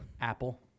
Apple